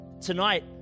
tonight